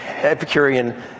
Epicurean